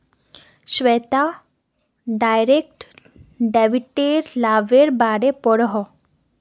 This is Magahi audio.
श्वेता डायरेक्ट डेबिटेर लाभेर बारे पढ़ोहो